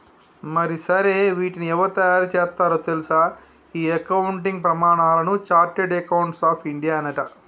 మరి సరే వీటిని ఎవరు తయారు సేత్తారో తెల్సా ఈ అకౌంటింగ్ ప్రమానాలను చార్టెడ్ అకౌంట్స్ ఆఫ్ ఇండియానట